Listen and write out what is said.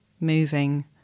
moving